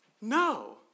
No